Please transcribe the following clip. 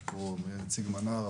יש פה את נציג מנה"ר,